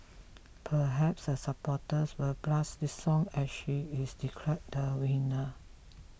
perhaps her supporters will blast this song as she is declared the winner